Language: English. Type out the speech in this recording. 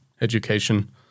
education